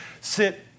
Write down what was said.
sit